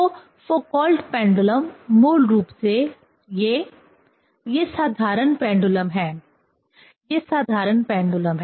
तो Foucault pendulum मूल रूप से ये ये साधारण पेंडुलम हैं ये साधारण पेंडुलम हैं